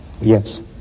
Yes